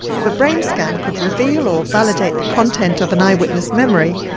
if a brain scan could reveal or validate the content of an eyewitness memory,